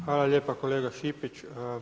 Hvala lijepa kolega Šipić.